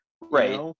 Right